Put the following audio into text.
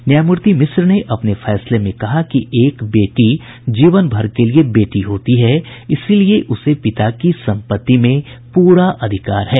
न्यायमूर्ति मिश्र ने अपने फैसले में कहा कि एक बेटी जीवन भर के लिए बेटी होती है इसीलिए उसे पिता की सम्पत्ति में पूरा अधिकार है